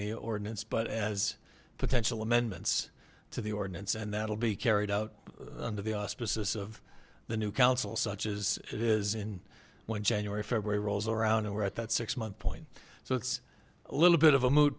the ordinance but as potential amendments to the ordinance and that'll be carried out under the auspices of the new council such as is in when january february rolls around and we're at that six month point so it's a little bit of a moot